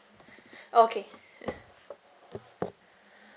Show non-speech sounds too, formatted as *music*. *breath* okay *laughs*